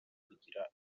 sugira